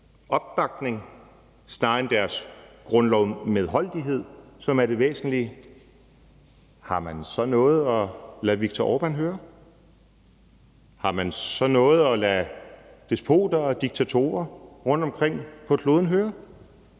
opbakning snarere end deres grundlovsmedholdelighed, som er det væsentlige, har man så noget at lade Viktor Orbán høre? Har man så noget at lade despoter og diktatorer rundtomkring på kloden høre?